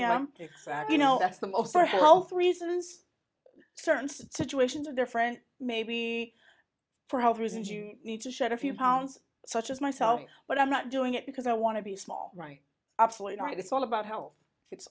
am you know that's the most for health reasons certain situations are different maybe for health reasons you need to shed a few pounds such as myself but i'm not doing it because i want to be small right absolutely right it's all about health it's